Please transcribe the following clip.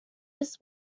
was